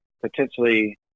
potentially